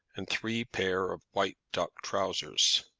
and three pair of white duck trousers.